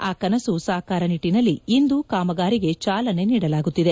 ಆ ಕನಸು ಸಾಕಾರ ನಿಟ್ಟಿನಲ್ಲಿ ಇಂದು ಕಾಮಗಾರಿಗೆ ಚಾಲನೆ ನೀಡಲಾಗುತ್ತಿದೆ